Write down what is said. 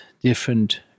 different